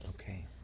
Okay